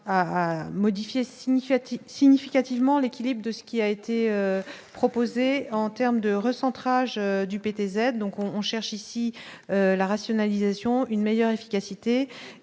significative significativement l'équilibre de ce qui a été proposée en terme de recentrage du PTZ donc on on cherche ici la rationalisation, une meilleure efficacité